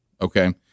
okay